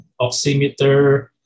oximeter